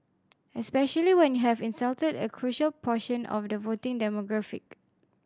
especially when you have insulted a crucial portion of the voting demographic